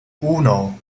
uno